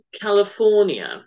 California